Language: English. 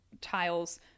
tiles